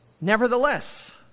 Nevertheless